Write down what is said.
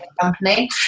company